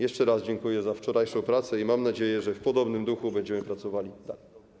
Jeszcze raz dziękuję za wczorajszą pracę i mam nadzieję, że w podobnym duchu będziemy pracowali dalej.